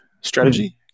strategy